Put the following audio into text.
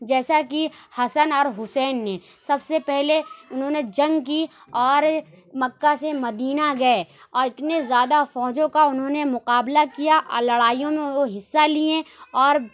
جیسا کہ حسن اور حُسین نے سب سے پہلے اُنہوں نے جنگ کی اور مکّہ سے مدینہ گیے اور اتنے زیادہ فوجوں کا اُنہوں نے مقابلہ کیا اور لڑائیوں میں وہ حصّہ لیے اور